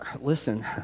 listen